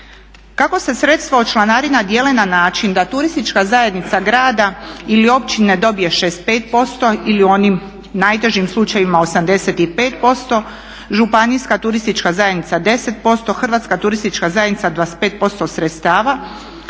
Kako se sredstva od članarina dijele na način da turistička zajednica grada ili općine dobije 65% ili u onim najtežim slučajevima 85%, županijska turistička zajednica 10%, Hrvatska turistička zajednica 25% sredstava